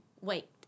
wait